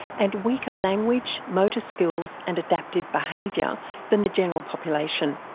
and weaker language, motor skills and adaptive behaviour than the general population.